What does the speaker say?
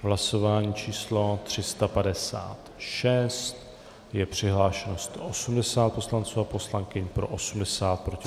V hlasování číslo 356 je přihlášeno 180 poslanců a poslankyň, pro 80, proti 84.